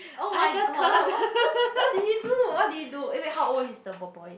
oh-my-god what what what what did he do what did he do eh how old is the boy boy